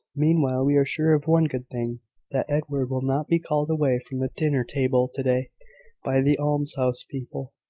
meanwhile we are sure of one good thing that edward will not be called away from the dinner-table to-day by the almshouse people.